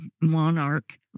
monarch